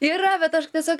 yra bet aš tiesiog